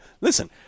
Listen